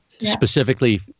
specifically